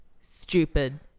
Stupid